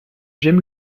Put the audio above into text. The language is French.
j’aime